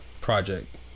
project